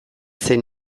zen